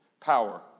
power